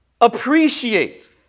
appreciate